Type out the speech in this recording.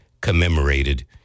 commemorated